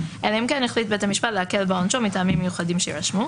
אלא אם כן החליט בית המשפט להקל בעונשו מטעמים מיוחדים שיירשמו.